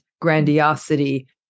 grandiosity